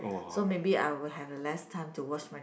so maybe I will have less time to watch my